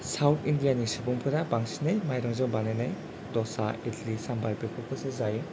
south इण्डियानि सुबुंफोरा बांसिनै माइरंजों बानायनाय दसा इदली साम्बर बेफोरखौसो जायो